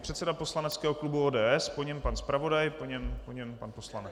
Předseda poslaneckého klubu ODS, po něm pan zpravodaj, po něm pan poslanec.